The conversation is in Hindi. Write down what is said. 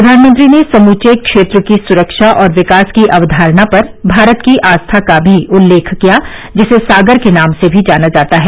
प्रधानमंत्री ने समूचे क्षेत्र की सुरक्षा और विकास की अवधारणा पर भारत की आस्था का भी उल्लेख किया जिसे सागर के नाम से भी जाना जाता है